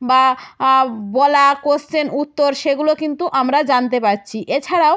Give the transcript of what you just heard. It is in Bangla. বা আ বলা কোয়েশ্চেন উত্তর সেগুলো কিন্তু আমরা জানতে পারছি এছাড়াও